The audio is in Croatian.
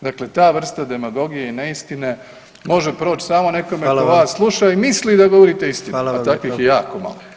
Dakle, ta vrsta demagogije i neistine može proći samo nekome tko vas sluša [[Upadica: Hvala vam.]] i misli da govorite istinu, a takvih je jako malo.